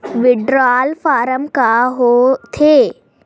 withdrawal form का होथेय